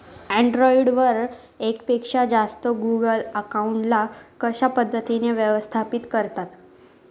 Android वर एकापेक्षा जास्त गुगल अकाउंट ला कशा पद्धतीने व्यवस्थापित करता?